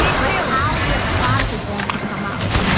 but how their product is going to come out.